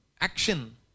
action